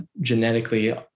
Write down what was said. genetically